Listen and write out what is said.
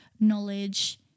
knowledge